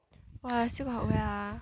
!wah! still got where ah